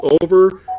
over